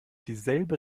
dieselbe